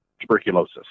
tuberculosis